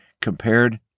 compared